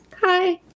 hi